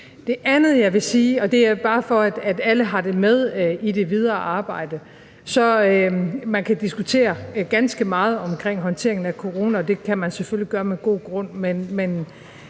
det andet vil jeg sige – og det er bare for, at alle har det med i det videre arbejde – at man kan diskutere ganske meget omkring håndteringen af coronaen, og det kan man selvfølgelig gøre med god grund, men